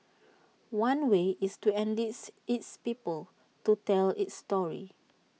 one way is to enlist its people to tell its story